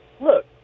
Look